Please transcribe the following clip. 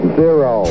zero